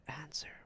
answer